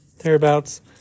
Thereabouts